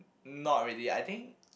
not really I think